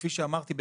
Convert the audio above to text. וכפי שאמרתי,